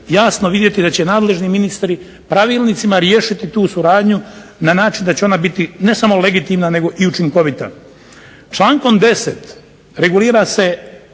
jasno vidjeti da će nadležni ministri pravilnicima riješiti tu suradnju na način da će ona biti ne samo legitimna nego učinkovita. Člankom 10. regulira se